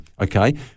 okay